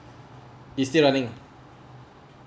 it's still running